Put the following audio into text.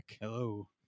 Hello